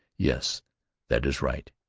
yes that is right.